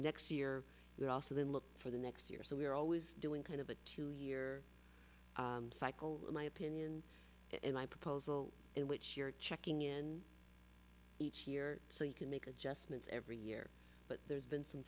next year you're also then look for the next year or so we're always doing kind of a two year cycle in my opinion in my proposal in which you're checking in each year so you can make adjustments every year but there's been some